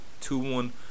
two-one